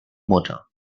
mutter